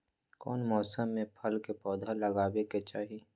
कौन मौसम में फल के पौधा लगाबे के चाहि?